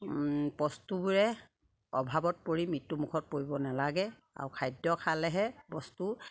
বস্তুবোৰে অভাৱত পৰি মৃত্যুমুখত পৰিব নালাগে আৰু খাদ্য খালেহে বস্তু